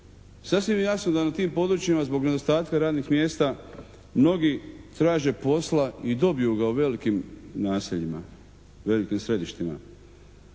sasvim je jasno da na tim područjima zbog nedostatka radnih mjesta mnogi traže posla i dobiju ga u velikim naseljima, velikim središtima